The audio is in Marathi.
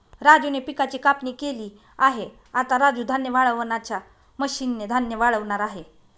राजूने पिकाची कापणी केली आहे, आता राजू धान्य वाळवणाच्या मशीन ने धान्य वाळवणार आहे